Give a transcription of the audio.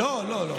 לא לא לא.